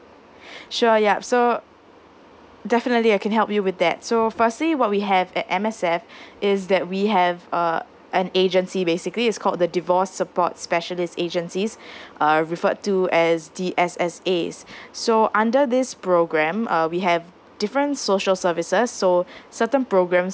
sure yup so definitely I can help you with that so firstly what we have at M_S_F is that we have uh an agency basically it's called the divorce support specialist agencies referred to as D_S_S_A's so under this programme uh we have different social services so certain programmes